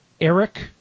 Eric